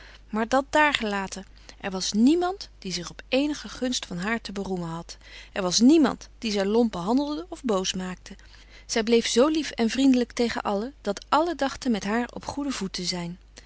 maar dat daargelaten er was niemand die zich op eenige gunst van haar te beroemen had er was niemand dien zij lomp behandelde of boos maakte zij bleef zoo lief en vriendelijk tegen allen dat allen dachten met haar op goeden voet te zijn